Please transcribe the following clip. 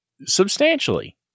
substantially